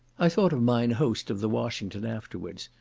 i thought of mine host of the washington afterwards,